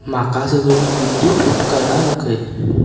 म्हाका सगळीं विद्द्यूत उपकरणां दाखय